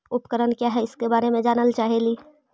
उपकरण क्या है इसके बारे मे जानल चाहेली?